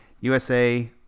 USA